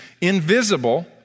invisible